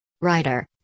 Writer